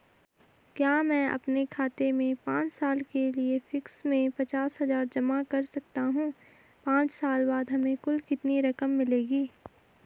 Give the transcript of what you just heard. क्या मैं अपने खाते में पांच साल के लिए फिक्स में पचास हज़ार जमा कर सकता हूँ पांच साल बाद हमें कुल कितनी रकम मिलेगी?